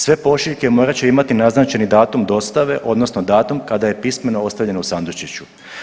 Sve pošiljke morat će imati naznačeni datum dostave odnosno datum kada je pismeno ostavljeno u sandučiću.